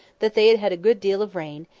that they had had a good deal of rain,